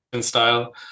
style